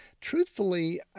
truthfully